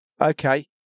okay